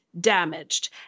damaged